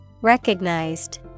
Recognized